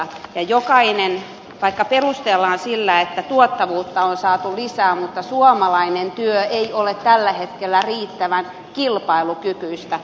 ja vaikka niitä perustellaan sillä että tuottavuutta on saatu lisää niin suomalainen työ ei ole tällä hetkellä riittävän kilpailukykyistä